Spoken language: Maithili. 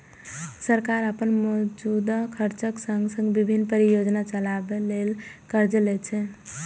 सरकार अपन मौजूदा खर्चक संग संग विभिन्न परियोजना चलाबै ले कर्ज लै छै